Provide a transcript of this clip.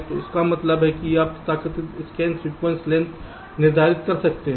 तो इसका मतलब है कि आप तथाकथित स्कैन सीक्वेंस लेंथ निर्धारित कर सकते हैं